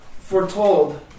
foretold